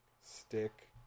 stick